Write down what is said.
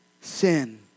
sin